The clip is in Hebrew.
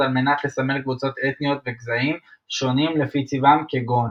על מנת לסמל קבוצות אתניות וגזעים שונים לפי צבעם כגון